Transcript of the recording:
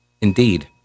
Indeed